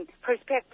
perspective